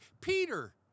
Peter